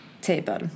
table